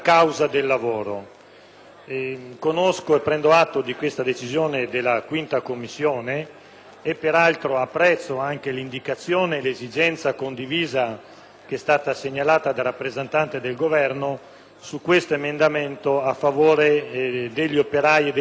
Conosco e prendo atto della decisione della Commissione bilancio e peraltro apprezzo anche l'indicazione e l'esigenza condivisa segnalata dal rappresentante del Governo su questo emendamento che interviene a favore degli operai e delle vittime sul lavoro.